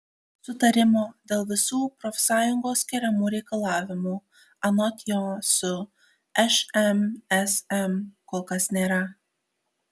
sutarimo dėl visų profsąjungos keliamų reikalavimų anot jo su šmsm kol kas nėra